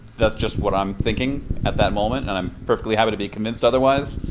that's just what i'm thinking at that moment. and i'm perfectly happy to be convinced otherwise.